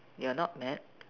you're not mad